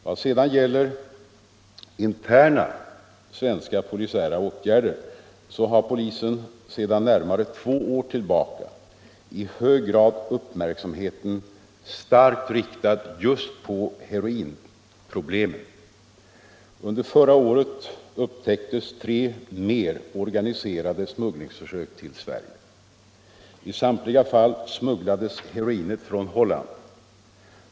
Vad sedan gäller interna svenska polisiära åtgärder har polisen sedan närmare två år uppmärksamheten starkt riktad på heroinproblemen. Under förra året upptäcktes tre mer organiserade försök till smuggling till Sverige. I samtliga fall smugglades heroinet från Holland.